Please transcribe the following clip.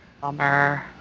Bummer